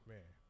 Man